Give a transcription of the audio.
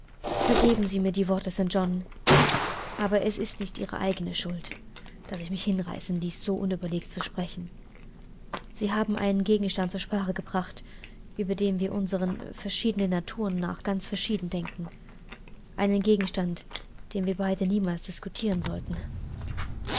vergeben sie mir die worte st john aber es ist ihre eigene schuld daß ich mich hinreißen ließ so unüberlegt zu sprechen sie haben einen gegenstand zur sprache gebracht über den wir unseren verschiedenen naturen nach ganz verschieden denken einen gegenstand den wir beide niemals diskutieren sollten